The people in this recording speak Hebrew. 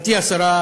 גברתי השרה,